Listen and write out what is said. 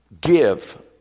Give